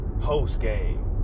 post-game